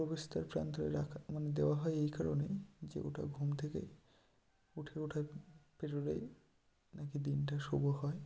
প্রবেশদ্বার প্রান্তরে রাখা মানে দেওয়া হয় এই কারণেই যে ওটা ঘুম থেকে উঠে ওটা পেরোলে নাকি দিনটা শুভ হয়